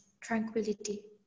tranquility